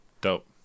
dope